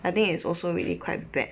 I think is also really quite bad